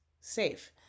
safe